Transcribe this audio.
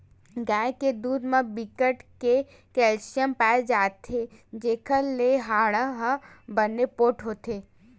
गाय के दूद म बिकट के केल्सियम पाए जाथे जेखर ले हाड़ा ह बने पोठ होथे